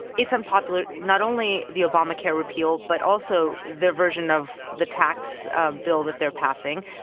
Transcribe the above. it's unpopular not only the obamacare repeal but also their version of the tax bill that they're passing.